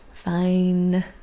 Fine